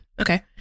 Okay